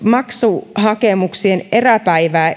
maksuhakemuksien eräpäivää